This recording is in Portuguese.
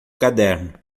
caderno